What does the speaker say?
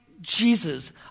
Jesus